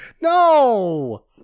No